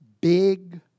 big